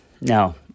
now